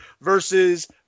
versus